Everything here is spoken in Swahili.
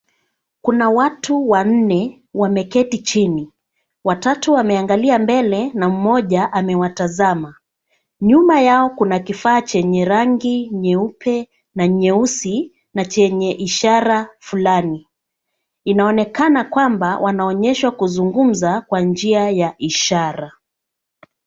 Kuna watu wanne wameketi chini, watatu wameangalia mbele na mmoja amewatazama. Nyuma yao kuna kifaa chenye rangi nyeupe na nyeusi na chenye ishara fulani. Inaonekana kwamba wanaonyeshwa kuzungumza kwa njia ya ishara.